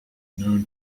known